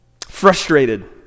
frustrated